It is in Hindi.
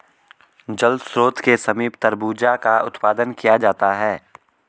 जल स्रोत के समीप तरबूजा का उत्पादन किया जाता है